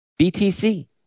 BTC